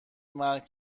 مرگ